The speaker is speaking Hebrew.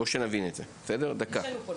בואו נבין את זה שנייה, בסדר?